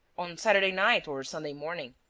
on saturday night or sunday morning.